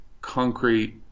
concrete